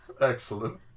Excellent